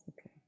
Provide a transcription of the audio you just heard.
okay